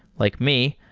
like me,